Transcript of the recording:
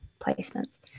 placements